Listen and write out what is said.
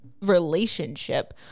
relationship